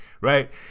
right